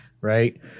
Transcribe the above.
right